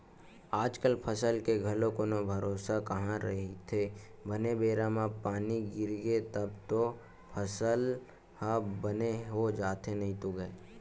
आजकल फसल के घलो कोनो भरोसा कहाँ रहिथे बने बेरा म पानी गिरगे तब तो फसल ह बने हो जाथे नइते गय